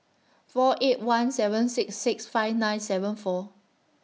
four eight one seven six six five nine seven four